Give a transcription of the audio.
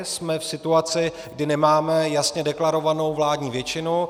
Jsme v situaci, kdy nemáme jasně deklarovanou vládní většinu.